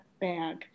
bag